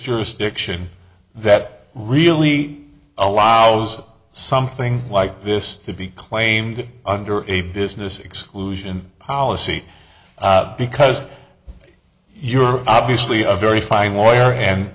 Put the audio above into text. jurisdiction that really allows something like this to be claimed under a business exclusion policy because you're obviously a very fine lawyer and